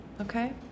okay